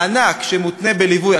מענק שמותנה בליווי,